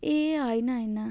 ए हैन हैन